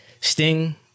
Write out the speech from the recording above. Sting